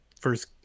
first